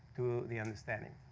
to the understanding.